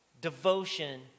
devotion